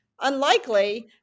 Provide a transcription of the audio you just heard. Unlikely